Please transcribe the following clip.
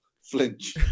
flinch